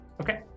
Okay